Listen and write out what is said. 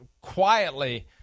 quietly